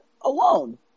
alone